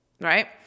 Right